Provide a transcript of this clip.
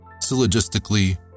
Syllogistically